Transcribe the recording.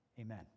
Amen